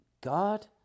God